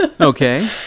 Okay